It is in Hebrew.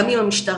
גם עם המשטרה,